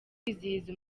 kwizihiza